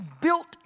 built